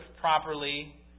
properly